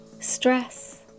stress